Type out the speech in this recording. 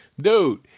dude